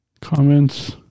comments